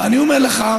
ואני אומר לך,